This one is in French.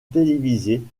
télévisée